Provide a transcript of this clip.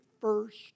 first